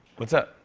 what's up?